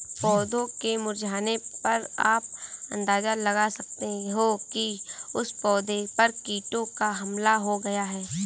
पौधों के मुरझाने पर आप अंदाजा लगा सकते हो कि उस पौधे पर कीटों का हमला हो गया है